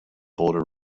boulder